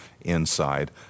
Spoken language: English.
inside